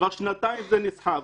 כבר שנתיים זה נסחב.